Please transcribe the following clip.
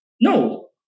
No